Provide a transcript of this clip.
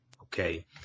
okay